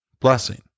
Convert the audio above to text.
blessing